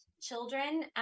children